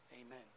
Amen